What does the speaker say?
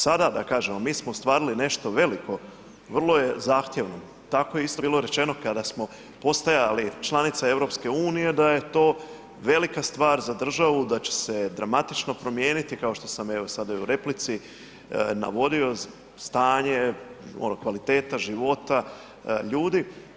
Sada da kažemo, mi smo ostvarili nešto veliko, vrlo je zahtjevno tako je isto bilo rečeno kada smo postajali članica EU da je to velika stvar za državu da će se dramatično promijeniti kao što sam sada u replici navodio stanje, kvaliteta života ljudi.